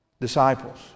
disciples